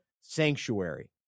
sanctuary